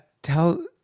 Tell